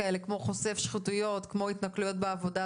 כמו "חושף שחיתויות" או "התנכלויות בעבודה",